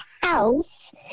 house